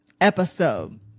episode